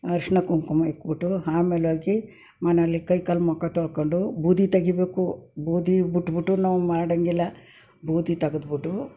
ಅರ್ಶ್ನ ಕುಂಕುಮ ಇಕ್ಬಿಟ್ಟು ಆಮೇಲ್ ಓಗಿ ಮನೇಲಿ ಕೈಕಾಲ್ ಮುಖ ತೊಳ್ಕೊಂಡು ಬೂದಿ ತೆಗಿಬೇಕು ಬೂದಿ ಬಿಟ್ಬಿಟ್ಟು ನಾವು ಮಾಡೋಂಗಿಲ್ಲ ಬೂದಿ ತೆಗೆದ್ಬಿಟ್ಟು